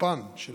תוקפן של